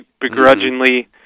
begrudgingly